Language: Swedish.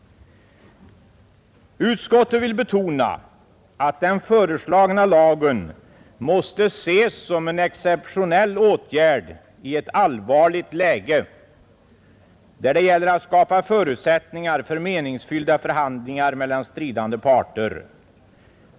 ”Utskottet vill betona att den föreslagna lagen måste ses som en exceptionell åtgärd i ett allvarligt läge, där det gäller att skapa förutsättningar för meningsfyllda förhandlingar mellan stridande parter.